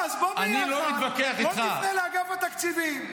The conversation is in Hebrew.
אז בוא נפנה ביחד לאגף התקציבים.